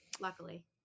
luckily